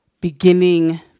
beginning